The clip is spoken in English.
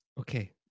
Okay